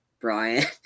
Brian